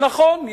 נכון,